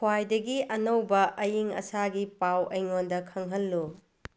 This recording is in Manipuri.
ꯈ꯭ꯋꯥꯏꯗꯒꯤ ꯑꯅꯧꯕ ꯑꯏꯪ ꯑꯁꯥꯒꯤ ꯄꯥꯎ ꯑꯩꯉꯣꯟꯗ ꯈꯪꯍꯜꯂꯨ